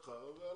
לקחה והלכה.